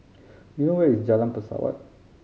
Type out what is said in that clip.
do you know where is Jalan Pesawat